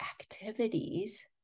activities